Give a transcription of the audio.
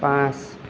পাঁচ